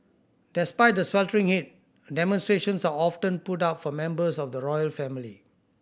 despite the sweltering heat demonstrations are often put up for members of the royal family